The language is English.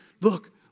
Look